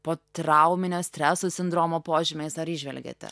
potrauminio streso sindromo požymiais ar įžvelgiate